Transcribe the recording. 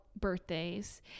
birthdays